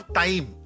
time